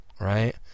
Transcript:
right